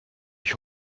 ich